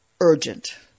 urgent